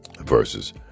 versus